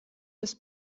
des